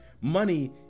money